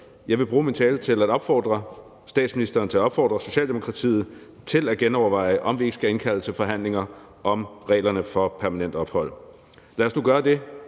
stedet bruge min tale til at opfordre statsministeren og Socialdemokratiet til at genoverveje, om der ikke skal indkaldes til forhandlinger om reglerne for permanent ophold. Lad os nu gøre det,